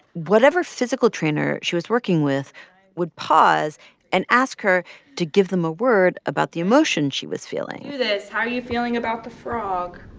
whatever physical trainer she was working with would pause and ask her to give them a word about the emotion she was feeling. do this, how are you feeling about the frog?